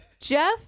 Jeff